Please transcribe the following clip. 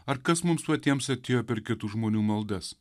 ar kas mums patiems atėjo per kitų žmonių maldas